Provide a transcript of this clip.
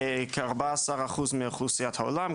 כ-14% מאוכלוסיית העולם,